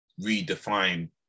redefine